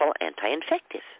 anti-infective